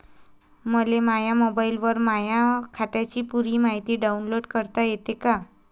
मले माह्या मोबाईलवर माह्या खात्याची पुरी मायती डाऊनलोड करता येते का?